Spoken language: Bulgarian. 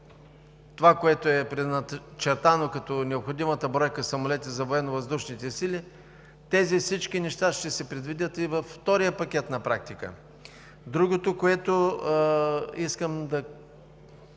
това, което е предначертано като необходимата бройка самолети за Военновъздушните сили, всички тези неща ще се предвидят и във втория пакет на практика. Другото, което искам да